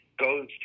Goes